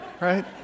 right